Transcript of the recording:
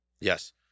Yes